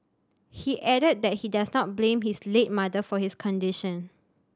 he added that he does not blame his late mother for his condition